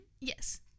Yes